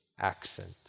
accent